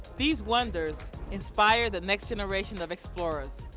these wonders inspire the next generation of explorers.